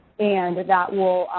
and that will